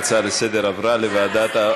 ההצעה לסדר-היום עברה לוועדת העבודה,